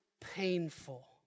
painful